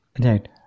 Right